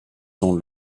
sont